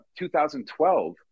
2012